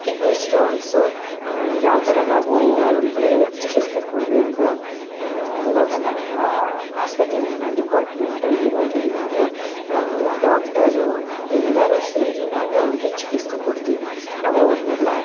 kidney stones ಯಾವ ಥರ ನಾವು ಅವರಿಗೆ ಚಿಕಿತ್ಸೆ ಕೊಡಬೇಕು ಇವಾಗ ನಮ್ಮ ಹಾಸ್ಪಿಟಲಿನ ಡಿಪಾರ್ಟ್ಮೆಂಟಲ್ಲಿರೋರು ಎಲ್ಲರು ನಮ್ಮ ಡಾಕ್ಟರು ಎಲ್ಲರೂ ಸೇರಿ ನಾವು ಅವ್ರಿಗೆ ಚಿಕಿತ್ಸೆ ಕೊಡ್ತೀವಿ ನಾವು ಅವರನ್ನೆಲ್ಲ